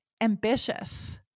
ambitious